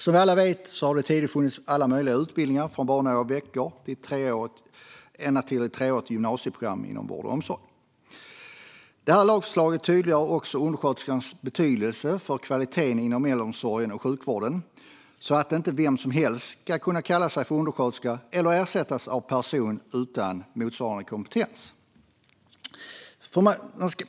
Som vi alla vet har det tidigare funnits alla möjliga utbildningar, från bara några veckor ända till ett treårigt gymnasieprogram inom vård och omsorg. Det här lagförslaget tydliggör också undersköterskornas betydelse för kvaliteten i äldreomsorgen och sjukvården. Vem som helst ska inte kunna kalla sig undersköterska eller kunna ersättas av en person utan motsvarande kompetens. Fru talman!